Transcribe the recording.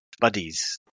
buddies